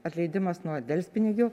atleidimas nuo delspinigių